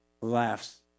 laughs